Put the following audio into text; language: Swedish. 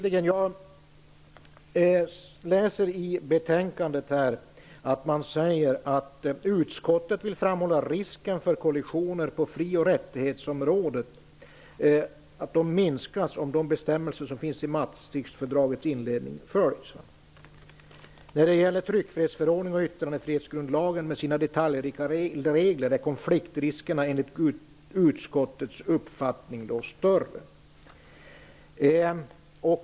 I betänkandet står det: ''Utskottet vill framhålla att risken för kollisioner på fri och rättighetsområdet minskar om de bestämmelser som finns i Maastrichtfördragets inledning följs. -- När det gäller tryckfrihetsförordningen och yttrandefrihetsgrundlagen med sina detaljrika regler är konfliktriskerna enligt utskottets uppfattning större.''